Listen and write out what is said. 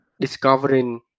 discovering